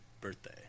birthday